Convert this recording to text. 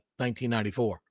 1994